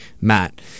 matt